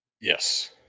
Yes